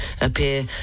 appear